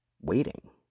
waiting